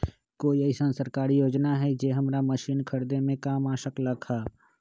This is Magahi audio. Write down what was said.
कोइ अईसन सरकारी योजना हई जे हमरा मशीन खरीदे में काम आ सकलक ह?